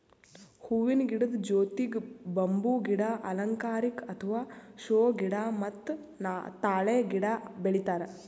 ಹೂವಿನ ಗಿಡದ್ ಜೊತಿಗ್ ಬಂಬೂ ಗಿಡ, ಅಲಂಕಾರಿಕ್ ಅಥವಾ ಷೋ ಗಿಡ ಮತ್ತ್ ತಾಳೆ ಗಿಡ ಬೆಳಿತಾರ್